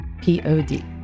P-O-D